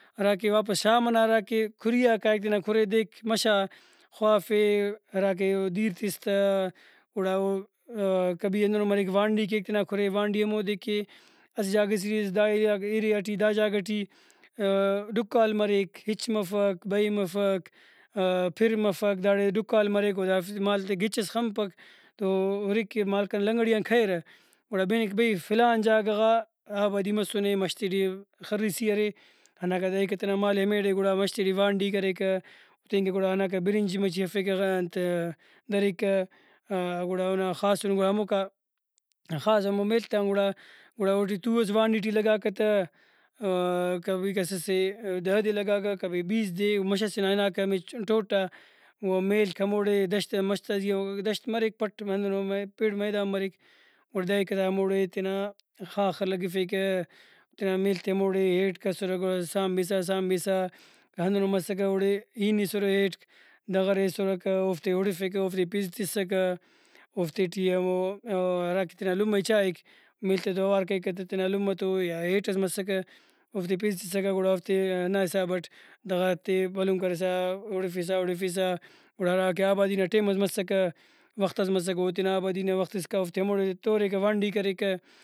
ہراکہ واپس شام ئنا ہراکہ کُھریئا کائک تینا کُھرے دیک مَش آ خوافے ہراکہ دیر تس تہ گڑا او کبھی ہندنو مریک وانڈی کیک تینا کُھرے۔ وانڈی ہمودے کہ اسہ جاگہ اے ایریا کہ دا ایریا کہ اے ایریا ٹی دا جاگہ ٹی ڈکال مریک ہچ مفک بئے مفک پِر مفک داڑے ڈکال مریک او دافتے ٹی مال تے کہ ہچس خنپک تو ہُرک کہ مال کنا لنگڑی آن کہیرہ گڑا بنک بھئی فلان جاگہ غا آبادی مسنے مش تے ٹی خرسی ارے ہنداکا دریکہ تینا مالے ہمیڑے گڑا مش تے ٹی وانڈی کریکہ تینکہ گڑا ہنداکا برنچ مچہ ہرفیکہ انت دریکہ گڑا اونا خاسن گڑا ہموکا خاص ہمو میل تان گڑا گڑا اوٹی تُو ئس وانڈی ٹی لگاکہ تہ کبھی کس سے دہ دے لگاکہ کبھی بیس دے مش سے نا ہناکہ ہمے ٹوٹ آ گڑا میلک ہموڑے دشت ئنا مش تا زیہا دشت مریک پٹ ہندنو مریک پِڑ میدان مریک گڑا دریکہ دا ہموڑے تینا خاخر لگفیکہ تینا میل تے ہموڑے ہیٹک اسرہ گڑا سانبسا سانبسا ہندنو مسکہ اوڑے ہینسُرہ ہیٹک دغرے ہیسُرکہ اوفتے اُڑفیکہ اوفتے پِژ تسکہ اوفتے ٹی ہمو ہراکہ تینا لمہ ئے چائک میل تے تو اوار کریکہ تہ تینا لمہ تو یا ہیٹس مسکہ اوفتے پژ تسکہ گڑا اوفتے ہندا حسابٹ دغر تے بھلن کرسا اُڑفسا اُڑفسا گڑا ہراکہ آبادی نا ٹائم ئس مسکہ وختس مسکہ او تینا آبادی نا وخت اسکا اوفتے ہموڑے توریکہ وانڈی کریکہ